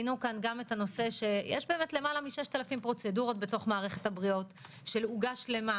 יש באמת למעלה מ-6,000 פרוצדורות בתוך מערכת הבריאות של עוגה שלמה,